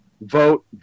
vote